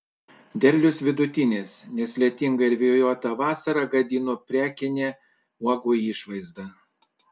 derlius vidutinis nes lietinga ir vėjuota vasara gadino prekinę uogų išvaizdą